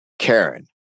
Karen